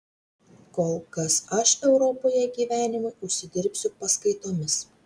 kol kas aš europoje gyvenimui užsidirbsiu paskaitomis